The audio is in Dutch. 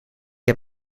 heb